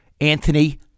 Anthony